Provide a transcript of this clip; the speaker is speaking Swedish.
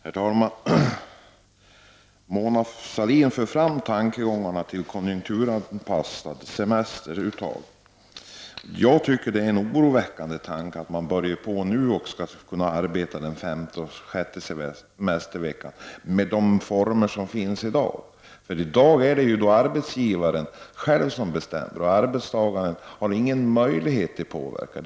Herr talman! Mona Sahlin för fram tankegångar om ett konjunkturanpassat semesteruttag. Jag tycker att det är en oroväckande tanke att man under de former som gäller i dag skall börja arbeta under den femte och den sjätte semesterveckan. I dag är det ju arbetsgivaren som bestämmer semesteruttaget, och arbetstagaren har ingen möjlighet till påverkan.